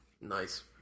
Nice